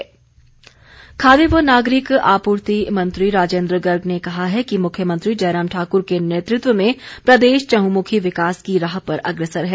राजेन्द्र गर्ग खाद्य व नागरिक आपूर्ति मंत्री राजेन्द्र गर्ग ने कहा है कि मुख्यमंत्री जयराम ठाकुर के नेतृत्व में प्रदेश चहंमुखी विकास की राह पर अग्रसर है